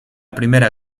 primera